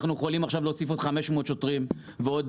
אנחנו יכולים להוסיף עכשיו עוד 500 שוטרים ועוד